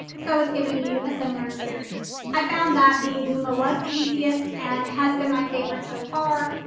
so it's giving you a similar experience. i found that the lumma was the easiest and has been my favorite so far.